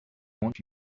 want